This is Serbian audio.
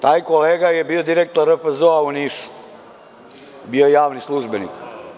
Taj kolega je bio direktor RFZO-a u Nišu, bio je javni službenik.